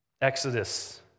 Exodus